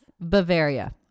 Bavaria